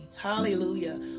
hallelujah